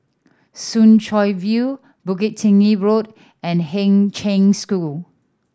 Soon Chow View Bukit Tinggi Road and Kheng Cheng School